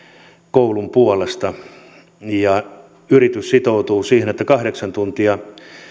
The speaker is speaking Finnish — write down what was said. koulun puolesta ja yritys sitoutuu siihen että kahdeksan tuntia